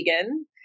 vegan